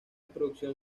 producción